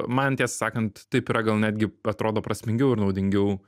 man tiesą sakant taip yra gal netgi atrodo prasmingiau ir naudingiau